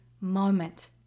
moment